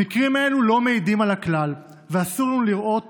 המקרים האלו לא מעידים על הכלל ואסור לראות